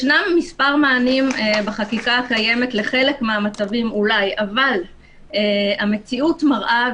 ישנם מספר מענים בחקיקה הקיימת לחלק מהמצבים אולי אבל המציאות מראה,